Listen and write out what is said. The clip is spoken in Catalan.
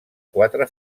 quatre